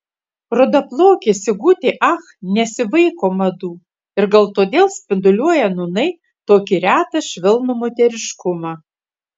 rudaplaukė sigutė ach nesivaiko madų ir gal todėl spinduliuoja nūnai tokį retą švelnų moteriškumą